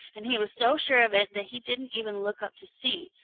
and he was so sure of it that he didn't even look up to see,